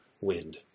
wind